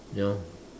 you know